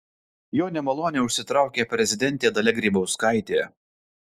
jo nemalonę užsitraukė prezidentė dalia grybauskaitė